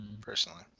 personally